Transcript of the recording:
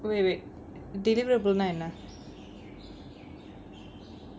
wait wait deliverable னா என்ன:naa enna